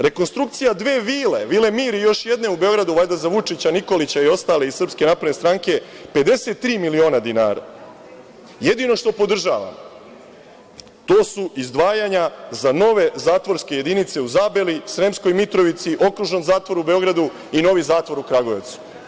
Rekonstrukcija dve vile, vile Mir i još jedne u Beogradu, valjda za Vučića, Nikolića i ostale iz SNS 53 miliona dinara. jedino što podržavam su izdvajanja za nove zatvorske jedinice u Zabeli, Sremskoj Mitrovici, Okružnom zatvoru u Beogradu i novi zatvor u Kragujevcu.